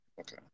Okay